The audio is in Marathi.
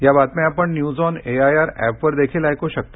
या बातम्या आपण न्यूज ऑन एआयआर ऍपवर देखील ऐकू शकता